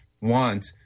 want